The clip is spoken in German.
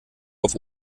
auf